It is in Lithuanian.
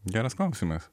geras klausimas